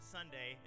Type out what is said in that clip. Sunday